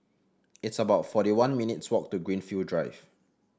it's about forty one minutes' walk to Greenfield Drive